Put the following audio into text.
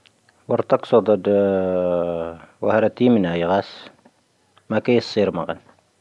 ⵡoⵔⵜⴰⴽⵙoⴷⴰⴷ ⵡⴰⵔⴰⵜⵉⵎⵉⵏⴰ ⵢⴰⵍⴰⵙ, ⵎⴰ' ⴽⴻⵉⵙⵉⵔ ⵎo'ⴰⵏ.